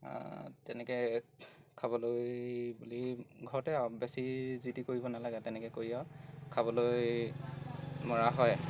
তেনেকৈ খাবলৈ বুলি ঘৰতে আৰু বেছি যিটি কৰিব নালাগে তেনেকৈ কৰি আৰু খাবলৈ মৰা হয়